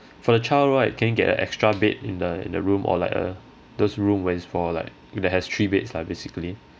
for the child right can he get a extra bed in the in the room or like a those room very small like that has three beds lah basically